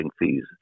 fees